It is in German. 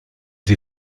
sie